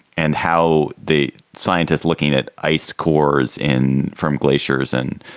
and how the scientists looking at ice cores in from glaciers and